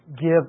Give